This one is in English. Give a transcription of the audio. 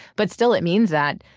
but still it means that,